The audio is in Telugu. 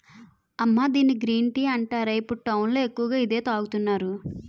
అమ్మా దీన్ని గ్రీన్ టీ అంటారే, ఇప్పుడు టౌన్ లో ఎక్కువగా ఇదే తాగుతున్నారు